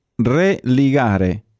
religare